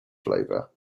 flavour